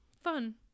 Fun